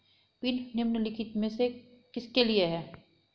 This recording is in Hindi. पिन निम्नलिखित में से किसके लिए है?